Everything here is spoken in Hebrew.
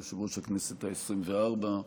יושב-ראש הכנסת העשרים-וארבע,